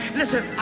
listen